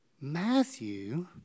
Matthew